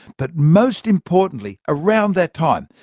but most importantly, around that time,